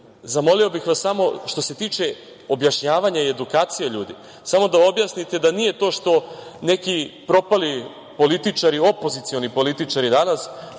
zamolio bih vas samo što se tiče objašnjavanja i edukacije ljudi, samo da objasnite da nije to što neki propali političari, opozicioni političari danas